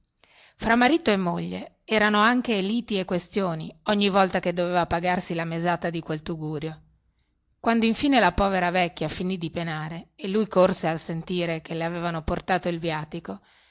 fra marito e moglie succedeva anche una quistione ogni volta che doveva pagarsi la mesata del tugurio e allorchè il figlio accorse trafelato al sentire che alla vecchiarella le avevano portato il viatico